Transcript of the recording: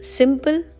simple